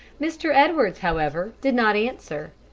mr. edwards, however, did not answer.